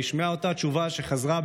נשמעה אותה תשובה שחזרה: